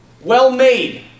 well-made